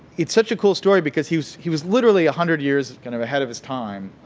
it's such a cool story because he he was literally a hundred years kind of ahead of his time,